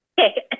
Okay